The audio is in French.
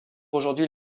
aujourd’hui